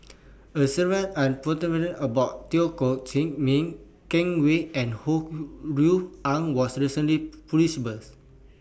A series about Teo Koh Chin Miang Ken Kwek and Ho Rui An was recently